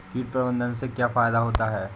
कीट प्रबंधन से क्या फायदा होता है?